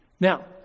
Now